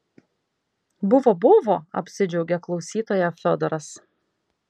buvo buvo apsidžiaugė klausytoja fiodoras